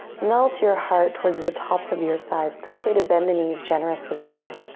melt your heart towards the tops of your thighs. it's okay to bend the knees generously here.